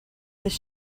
this